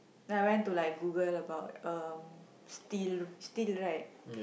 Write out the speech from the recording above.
then I went to like Google about steel steel right